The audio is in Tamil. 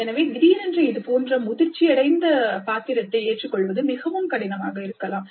எனவே திடீரென்று இதுபோன்ற முதிர்ச்சியடைந்த பாத்திரத்தை ஏற்றுக்கொள்வது மிகவும் கடினமாக இருக்கலாம்